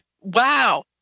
wow